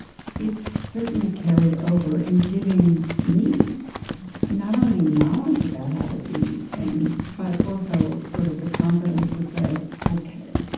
it certainly carried over in giving me not only knowledge about how to do these things, but also sort of the confidence to say, ok.